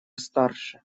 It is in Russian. старше